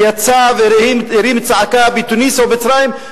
שיצא והרים צעקה בתוניסיה ובמצרים,